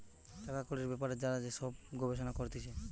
টাকা কড়ির বেপারে যারা যে সব গবেষণা করতিছে